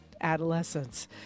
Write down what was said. adolescence